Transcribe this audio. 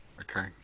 Okay